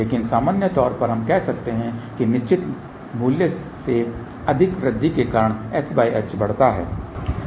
लेकिन सामान्य तौर पर हम कह सकते हैं कि निश्चित मूल्य से अधिक वृद्धि के कारण sh बढ़ता है